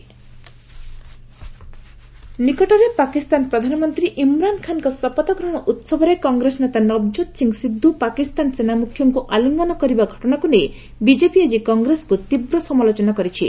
ରିଭ୍ BJP Sidhu remarks ନିକଟରେ ପାକିସ୍ତାନ ପ୍ରଧାନମନ୍ତ୍ରୀ ଇମ୍ରାନ୍ ଖାନ୍ଙ୍କ ଶପଥ ଗ୍ରହଣ ଉହବରେ କଂଗ୍ରେସ ନେତା ନବ୍ଜୋତ୍ ସିଂହ ସିଦ୍ଧ ପାକିସ୍ତାନ ସେନା ମ୍ରଖ୍ୟଙ୍କ ଆଲିଙ୍ଗନ କରିବା ଘଟଣାକୁ ନେଇ ବିଜେପି ଆଜି କଂଗ୍ରେସକୁ ତୀବ୍ର ସମାଲୋଚନା କରିଛି